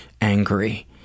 angry